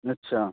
अच्छा